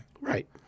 Right